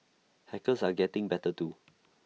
hackers are getting better too